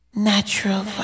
Natural